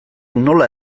nola